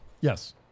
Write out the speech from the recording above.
Yes